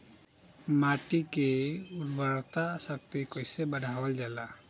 माटी के उर्वता शक्ति कइसे बढ़ावल जाला?